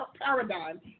paradigm